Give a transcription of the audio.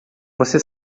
você